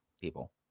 people